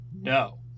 no